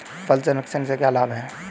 फल संरक्षण से क्या लाभ है?